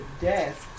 desk